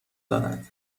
دارد